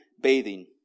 bathing